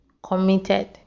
committed